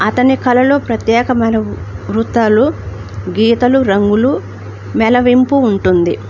అతని కళలో ప్రత్యేకమైన వృత్తాలు గీతలు రంగులు మెలవింపు ఉంటుంది